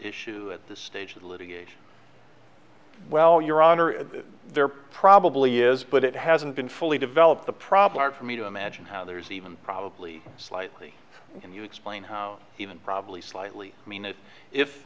issue at this stage of the litigation well your honor there probably is but it hasn't been fully developed the problem for me to imagine how there's even probably slightly in the explain how even probably slightly mean